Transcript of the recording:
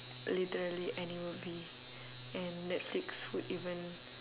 literally any movie and netflix would even